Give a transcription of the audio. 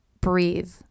breathe